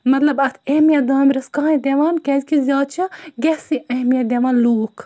مطلب اَتھ اہمیت دامرِس کانٛہہ دِوان کیٛازِکہِ زیادٕ چھِ گیسٕے اہمیت دِوان لوٗکھ